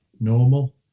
normal